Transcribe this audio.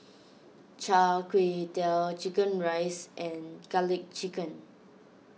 Char Kway Teow Chicken Rice and Garlic Chicken